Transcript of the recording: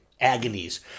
agonies